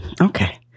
Okay